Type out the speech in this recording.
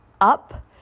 up